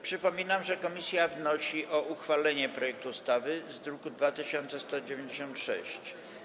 Przypominam, że komisja wnosi o uchwalenie projektu ustawy z druku nr 2196.